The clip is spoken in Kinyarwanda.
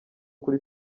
kuri